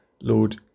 Lord